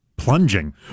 Plunging